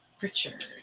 Richard